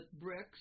bricks